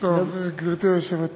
גברתי היושבת בראש,